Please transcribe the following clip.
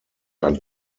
ein